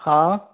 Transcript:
हाँ